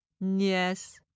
Yes